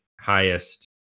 highest